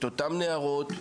את אותן נערות,